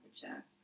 temperature